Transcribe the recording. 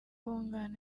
bungana